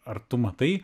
ar tu matai